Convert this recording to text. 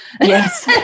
yes